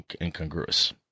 incongruous